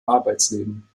arbeitsleben